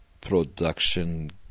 Production